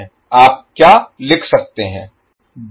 आप क्या लिख सकते हैं